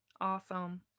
Awesome